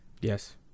Yes